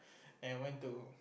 and I went to